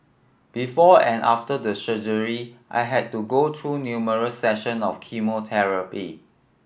before and after the surgery I had to go through numerous session of chemotherapy